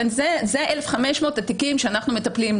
זה 1,500 התיקים שאנחנו מטפלים,